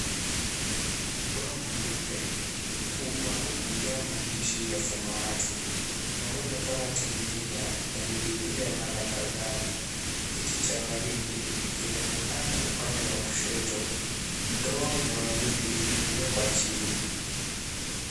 Ubao mweupe mkubwa umejaa maandishi ya samawati. Maneno kama team leader yamerudiwa mara kadhaa. Kiti cha waridi kinaonekana upande wa kushoto. Ndoo ya waridi imewekwa chini.